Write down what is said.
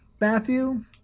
Matthew